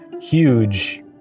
huge